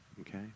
Okay